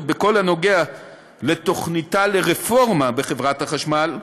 בכל הקשור לתוכניתה לרפורמה בחברת החשמל,